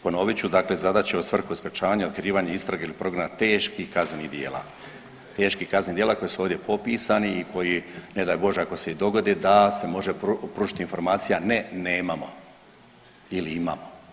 Ponovit ću, dakle zadaća u svrhu sprječavanja i otkrivanja istrage ili progona teških kaznenih djela, teških kaznenih djela koji su ovdje popisani i koji ne daj Bože ako se i dogode da se može pružiti informacija ne nemamo ili imamo.